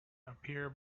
appear